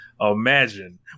imagine